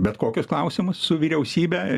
bet kokius klausimus su vyriausybe